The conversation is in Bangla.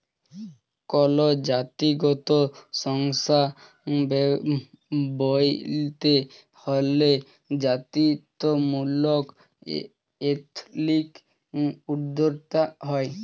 কল জাতিগত সংস্থা ব্যইলতে হ্যলে জাতিত্ত্বমূলক এথলিক উদ্যোক্তা হ্যয়